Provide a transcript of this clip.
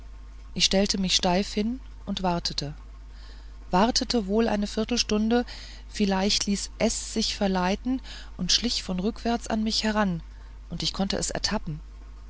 ich stellte mich steif hin und wartete wartete wohl eine viertelstunde vielleicht ließ es sich verleiten und schlich von rückwärts an mich heran und ich konnte es ertappen